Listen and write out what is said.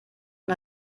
aus